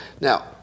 Now